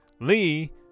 Lee